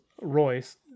Royce